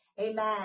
Amen